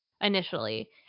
initially